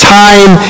time